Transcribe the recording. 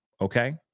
okay